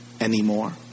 anymore